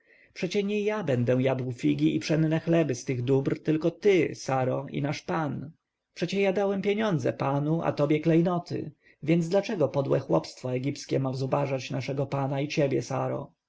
przecie nie ja będę jadł figi i pszenne chleby z tych dóbr tylko ty saro i nasz pan przecie ja dałem pieniądze panu a tobie klejnoty więc dlaczego podłe chłopstwo egipskie ma zubożać naszego pana i ciebie